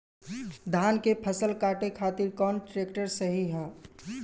धान के फसल काटे खातिर कौन ट्रैक्टर सही ह?